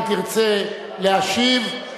אם תרצה להשיב,